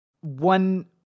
One